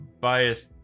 bias